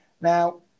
now